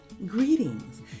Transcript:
Greetings